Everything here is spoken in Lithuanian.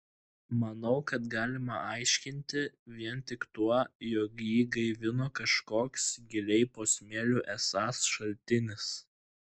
manau kad galima aiškinti vien tik tuo jog jį gaivino kažkoks giliai po smėliu esąs šaltinis